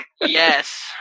Yes